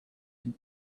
and